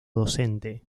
docente